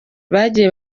bagiye